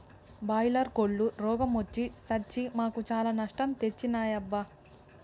boiler కోల్లు రోగ మొచ్చి సచ్చి మాకు చాలా నష్టం తెచ్చినాయబ్బా